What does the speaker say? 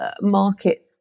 market